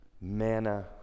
manna